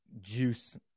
juice